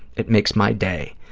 it makes my day.